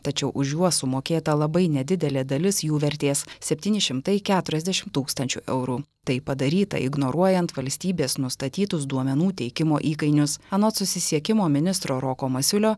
tačiau už juos sumokėta labai nedidelė dalis jų vertės septyni šimtai keturiasdešimt tūkstančių eurų tai padaryta ignoruojant valstybės nustatytus duomenų teikimo įkainius anot susisiekimo ministro roko masiulio